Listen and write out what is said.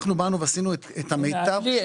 אנחנו באנו ועשינו את המיטב שלנו.